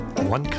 One